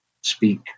speak